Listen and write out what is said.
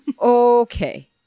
Okay